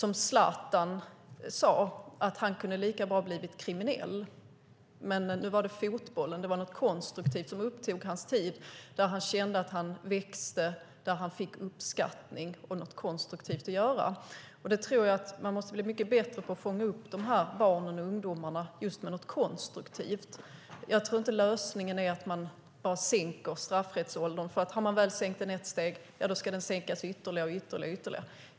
Zlatan sade att han lika bra hade kunnat bli kriminell, men det var fotbollen, något konstruktivt, som upptog hans tid och där han kände att han växte och fick uppskattning och något konstruktivt att göra. Man måste bli mycket bättre på att fånga upp dessa barn och ungdomar med något konstruktivt. Jag tror inte att lösningen är att bara sänka straffrättsåldern, för har man väl sänkt den ett steg ska den sänkas ytterligare och ytterligare.